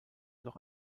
noch